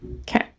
Okay